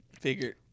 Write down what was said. Figured